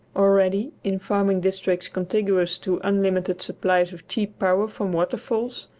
already, in farming districts contiguous to unlimited supplies of cheap power from waterfalls,